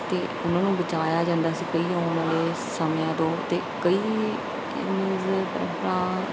ਅਤੇ ਉਹਨਾਂ ਨੂੰ ਬਚਾਇਆ ਜਾਂਦਾ ਸੀ ਪਹਿਲਾਂ ਉਹਨਾਂ ਨੇ ਸਮਿਆਂ ਤੋਂ ਅਤੇ ਕਈ ਮੀਨਜ਼ ਆਪਣਾ